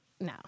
no